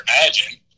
imagine